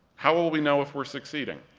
how will will we know if we're succeeding?